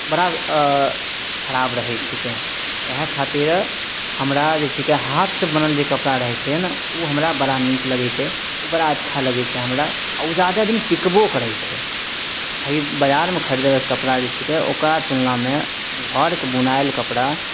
बड़ा खराब रहै छिकै ईहए खातिर हमरा जे छिकै हाथसँ बनल जे कपड़ा रहै छै ने ओ हमरा बड़ा नीक लगै छै ओ बड़ा अच्छा लगै छै हमरा ओ जादा दिन टिकबो करै छै खरीद बजारमे खरीदल कपड़ा जे छिकै ओकरा तुलनामे घरके बुनाएल कपड़ा